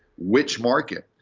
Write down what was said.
which market?